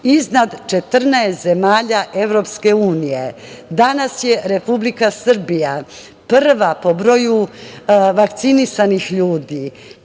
iznad 14 zemalja Evropske unije. Danas je Republika Srbija prva po broju vakcinisanih ljudi.